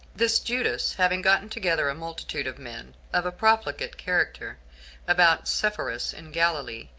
this judas, having gotten together a multitude of men of a profligate character about sepphoris in galilee,